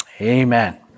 Amen